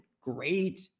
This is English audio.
great